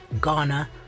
Ghana